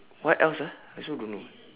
what else ah I also don't know